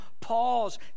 Pause